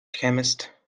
chemist